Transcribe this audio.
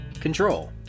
Control